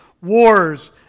Wars